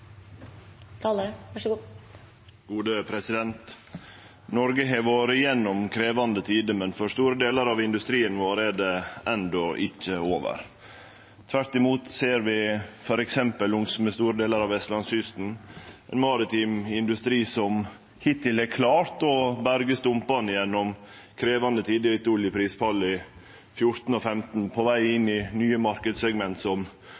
Noreg har vore gjennom krevjande tider, men for store delar av industrien vår er det enno ikkje over. Tvert imot ser vi f.eks. på store delar av vestlandskysten ein maritim industri som hittil har klart å berge stumpane gjennom krevjande tider etter oljeprisfallet i 2014 og 2015, på veg